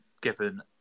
given